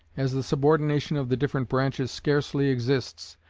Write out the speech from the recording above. as the subordination of the different branches scarcely exists,